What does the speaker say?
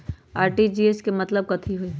RTGS के मतलब कथी होइ?